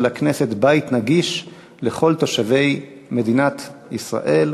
הכנסת בית נגיש לכל תושבי מדינת ישראל.